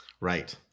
Right